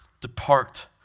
Depart